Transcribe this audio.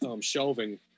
shelving